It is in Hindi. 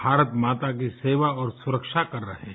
भारत माता की सेवा और सुरक्षा कर रहे हैं